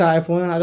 iPhone